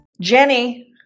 Jenny